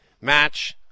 match